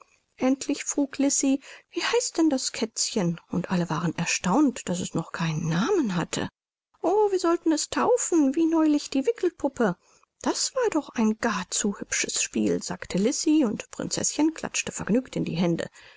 endlich frug lisi wie heißt denn das kätzchen und alle waren erstaunt daß es noch keinen namen hatte o wir sollten es taufen wie neulich die wickelpuppe das war doch ein gar zu hübsches spiel sagte lisi und prinzeßchen klatschte vergnügt in die hände